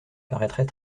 paraîtrait